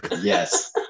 Yes